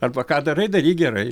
arba ką darai daryk gerai